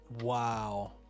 Wow